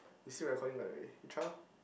you still recording by the way you try lor